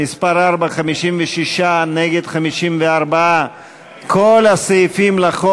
מסירים עד הסוף את כל ההסתייגויות.